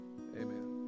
Amen